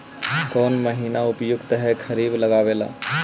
कौन महीना उपयुकत है खरिफ लगावे ला?